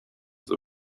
the